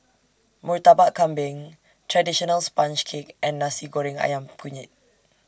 Murtabak Kambing Traditional Sponge Cake and Nasi Goreng Ayam Kunyit